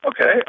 Okay